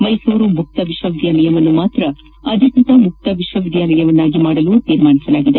ಮೈಸೂರು ಮುಕ್ತ ವಿಶ್ವವಿದ್ಯಾಲಯವನ್ನು ಮಾತ್ರ ಅಧಿಕೃತ ಮುಕ್ತ ವಿಶ್ವವಿದ್ಯಾಲಯವನ್ನಾಗಿ ಮಾಡಲು ನಿರ್ಧರಿಸಲಾಗಿದೆ